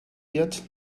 yet